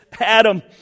Adam